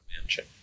mansion